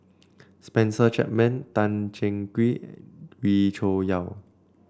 Spencer Chapman Tan Cheng Kee Wee Cho Yaw